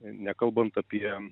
nekalbant apie